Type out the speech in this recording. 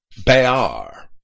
Bayar